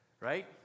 right